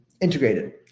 integrated